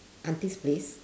aunty's place